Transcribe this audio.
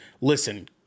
listen